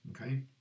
okay